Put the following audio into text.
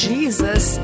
Jesus